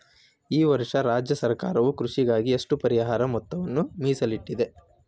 ಈ ವರ್ಷ ರಾಜ್ಯ ಸರ್ಕಾರವು ಕೃಷಿಗಾಗಿ ಎಷ್ಟು ಪರಿಹಾರ ಮೊತ್ತವನ್ನು ಮೇಸಲಿಟ್ಟಿದೆ?